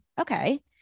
okay